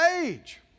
age